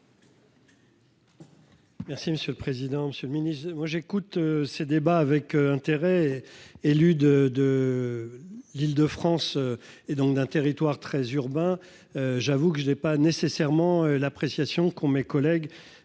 Merci monsieur le président, Monsieur le Ministre, moi j'écoute ces débats avec intérêt. Élu de de. L'Île-de-France et donc d'un territoire très urbain. J'avoue que je n'ai pas nécessairement l'appréciation qu'ont mes collègues.